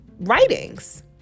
writings